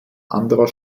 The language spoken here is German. anderer